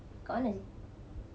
kat mana seh